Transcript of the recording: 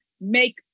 make